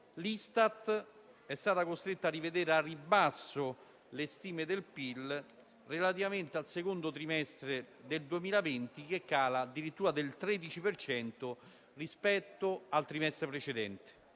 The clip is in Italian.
L'Istat ha dovuto rivedere al ribasso le stime del PIL relativamente al secondo trimestre del 2020, che cala addirittura del 13 per cento rispetto al trimestre precedente